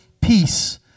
peace